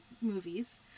movies